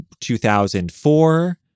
2004